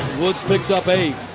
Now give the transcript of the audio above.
woods picks up eight.